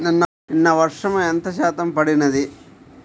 నిన్న వర్షము ఎంత శాతము పడినది?